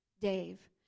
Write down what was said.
Dave